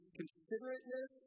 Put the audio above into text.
considerateness